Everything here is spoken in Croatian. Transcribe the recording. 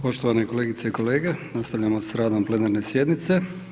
Poštovane kolegice i kolege, nastavljamo s radom plenarne sjednice.